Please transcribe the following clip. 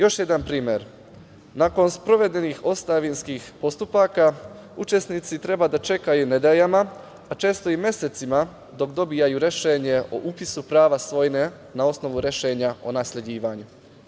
Još jedan primer, nakon sprovedenih ostavinskih postupaka učesnici treba da čekaju nedeljama, a često i mesecima dok dobiju rešenje o upisu prava svojine na osnovu rešenja o nasleđivanju.